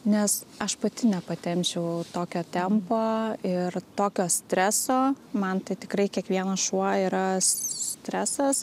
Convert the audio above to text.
nes aš pati nepatempčiau tokio tempo ir tokio streso man tai tikrai kiekvienas šuo yra stresas